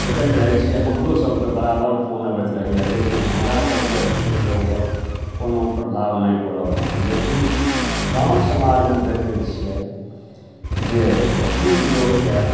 देखैत रहै छिए हमरोसभकेँ बराबर फोन अबैत रहैए लेकिन हमरासभकेँ एखन तकले ओकर कोनो प्रभाव नहि पड़ल हँ लेकिन गाम समाजमे देखै छिए जे बहुत लोककेँ